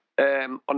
on